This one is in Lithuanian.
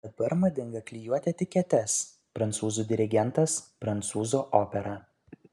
dabar madinga klijuoti etiketes prancūzų dirigentas prancūzų opera